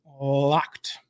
LOCKED